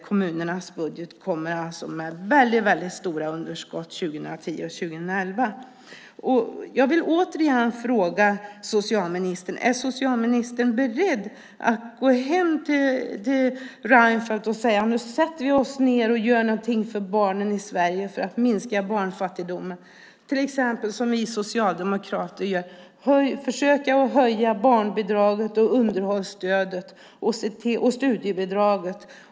Kommunernas budgetar riskerar att gå med väldigt stora underskott 2010 och 2011. Jag vill återigen fråga socialministern om han är beredd att gå till Reinfeldt och säga: Nu sätter vi oss ned och gör någonting för barnen i Sverige, för att minska barnfattigdomen! Det är till exempel, som vi socialdemokrater föreslår, att försöka höja barnbidraget, underhållsstödet och studiebidraget.